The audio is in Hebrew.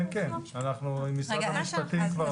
אנחנו עם משרד המשפטים עמוק באירוע.